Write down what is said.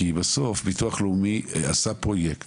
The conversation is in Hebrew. הרי בסוף הביטוח הלאומי עשה פרויקט